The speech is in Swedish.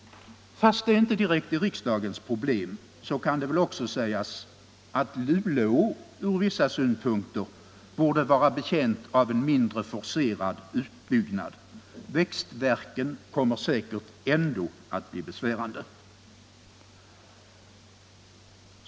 Fast det inte direkt är riksdagens problem kan det väl också sägas att Luleå ur vissa synpunkter borde vara betjänt av en mindre forcerad utbyggnad. Växtvärken kommer säkert ändå att vara besvärande.